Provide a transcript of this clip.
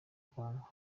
kongo